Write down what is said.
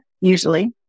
Usually